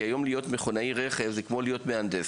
כי היום להיות מכונאי רכב זה כמו להיות מהנדס,